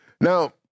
Now